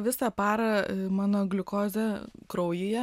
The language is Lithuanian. visą parą mano gliukozė kraujyje